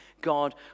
God